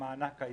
למענק האיזון.